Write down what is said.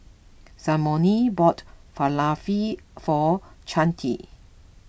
Simone bought Falafel for Chante